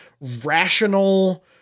rational